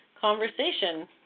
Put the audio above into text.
conversation